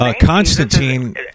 Constantine